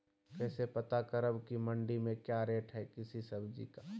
कैसे पता करब की मंडी में क्या रेट है किसी सब्जी का?